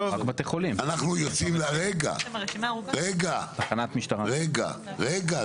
אנחנו יוצאים, רגע, רגע, רגע.